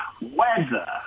Weather